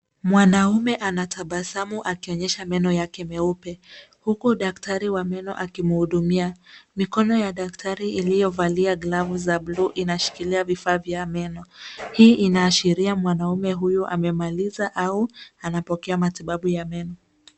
Mwanamme anatabasamu akionyesha meno yake meupe huku daktari wa meno akimhudumia. Mikono ya daktari iliyovalia glavu za bluu inashikilia vifaa vya meno. Hii inaashiria mwanamme huyu amemaliza au anapokea matibabu ya meno.